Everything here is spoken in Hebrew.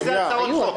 איזה הצעות חוק?